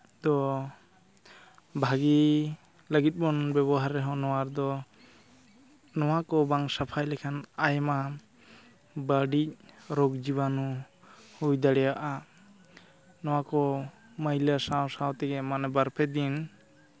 ᱫᱚ ᱵᱷᱟᱹᱜᱤ ᱞᱟᱹᱜᱤᱫ ᱵᱚᱱ ᱵᱮᱵᱚᱦᱟᱨ ᱨᱮᱦᱚᱸ ᱱᱚᱣᱟ ᱫᱚ ᱱᱚᱣᱟ ᱠᱚ ᱵᱟᱝ ᱥᱟᱯᱷᱟᱭ ᱞᱮᱠᱷᱟᱱ ᱟᱭᱢᱟ ᱵᱟᱹᱲᱤᱡ ᱨᱳᱜᱽ ᱡᱤᱵᱟᱱᱩ ᱦᱩᱭ ᱫᱟᱲᱮᱭᱟᱜᱼᱟ ᱱᱚᱣᱟᱠᱚ ᱢᱟᱹᱭᱞᱟᱹ ᱥᱟᱶ ᱥᱟᱶ ᱛᱮᱜᱮ ᱢᱟᱱᱮ ᱵᱟᱨᱯᱮ ᱫᱤᱱ